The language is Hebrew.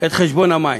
את חשבון המים,